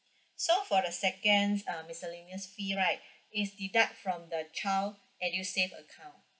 so for the second uh miscellaneous fee right it's deduct from the child edusave account